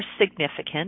significant